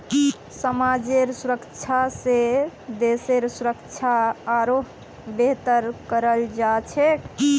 समाजेर सुरक्षा स देशेर सुरक्षा आरोह बेहतर कराल जा छेक